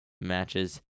matches